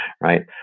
right